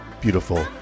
beautiful